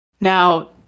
now